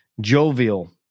jovial